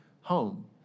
home